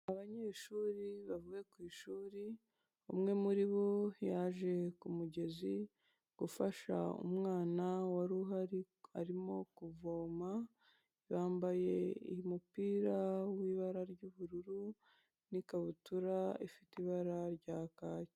Abanyeshuri bavuye ku ishuri umwe muri bo yaje ku mugezi gufasha umwana wari uhari arimo kuvoma bambaye umupira w'ibara ry'ubururu n'ikabutura ifite ibara rya kake.